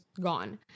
gone